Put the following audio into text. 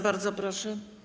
Bardzo proszę.